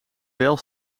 wel